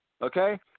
Okay